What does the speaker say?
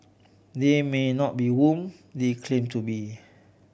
they may not be whom they claim to be